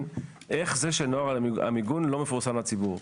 איך זה שנוהל המיגון לא מפורסם לציבור?